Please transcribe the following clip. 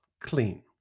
clean